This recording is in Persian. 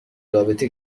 رابطه